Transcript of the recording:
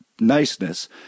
niceness